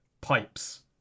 Pipes